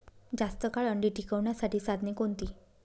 जास्त काळ अंडी टिकवण्यासाठी साधने कोणती?